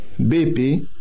BP